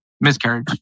miscarriage